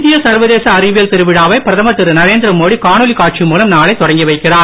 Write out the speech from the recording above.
இந்திய சர்வதேச அறிவியல் திருவிழாவை பிரதமர் திரு நரேந்திரமோடி காணொளி காட்சி மூலம் நாளை தொடங்கி வைக்கிறார்